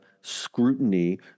scrutiny